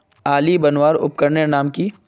आली बनवार उपकरनेर नाम की?